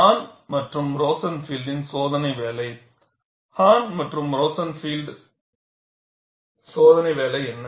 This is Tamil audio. ஹான் அண்டு ரோசன்ஃபீல்டின் சோதனை வேலை ஹான் மற்றும் ரோசன்ஃபீல்டின் சோதனை வேலை என்ன